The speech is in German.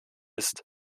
ist